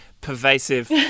pervasive